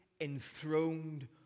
enthroned